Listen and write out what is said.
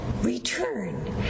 return